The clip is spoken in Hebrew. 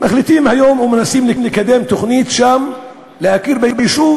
מחליטים היום ומנסים לקדם תוכנית שם להכיר ביישוב